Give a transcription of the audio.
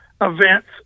events